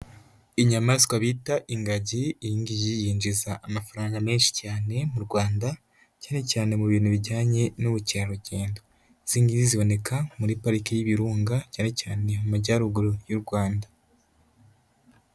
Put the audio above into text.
Inyamaswa bita ingagi, iyi ngiyi yinjiza amafaranga menshi cyane mu Rwanda cyane cyane mu bintu bijyanye n'ubukerarugendo, izi ngizi ziboneka muri Parike y'Ibirunga, cyane cyane mu Majyaruguru y'u Rwanda.